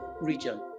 region